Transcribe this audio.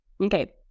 okay